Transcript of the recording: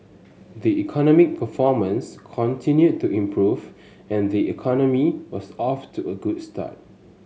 the economic performance continued to improve and the economy was off to a good start